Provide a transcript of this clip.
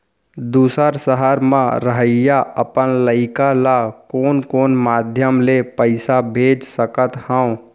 दूसर सहर म रहइया अपन लइका ला कोन कोन माधयम ले पइसा भेज सकत हव?